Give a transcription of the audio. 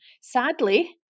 sadly